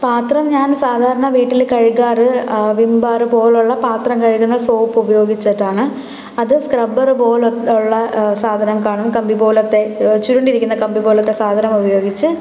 പാത്രം ഞാൻ സാധാരണ വീട്ടിൽ കഴുകാറ് വിം ബാർ പോലെയുള്ള പാത്രം കഴുകുന്ന സോപ്പ് ഉപയോഗിച്ചിട്ടാണ് അതു സ്ക്രബർ പോലെ ഉള്ള സാധനം കാണും കമ്പി പോലത്തെ ചുരുണ്ടിരിക്കുന്ന കമ്പിപോലത്തെ സാധനം ഉപയോഗിച്ച്